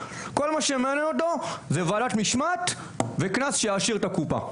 כל מה שמעניין אותו זה ועדת משמעת וקנס שיעשיר את הקופה.